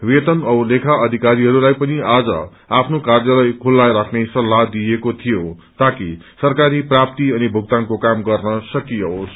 वेतन औ लेखा अधिकरीहरूलाई पनि आज आफे काय्पलय खुल्ला राख्ने सल्लाह दिइएको थियो ताकि सरकारी प्राप्ति अनि भुक्तानको काम गर्न सकियोस